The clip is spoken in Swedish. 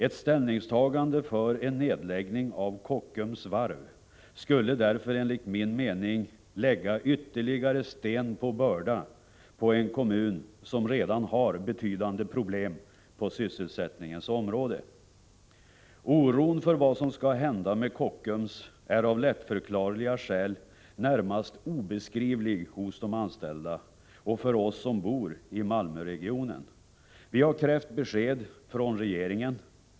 Ett ställningstagande för en nedläggning av Kockums varv skulle därför, enligt min mening, lägga ytterligare sten på börda på en kommun som redan har betydande problem på sysselsättningens område. Oron för vad som skall hända med Kockums är av lättförklarliga skäl närmast obeskrivlig hos de anställda och för oss som bor i Malmöregionen. Vi har krävt besked från regeringen.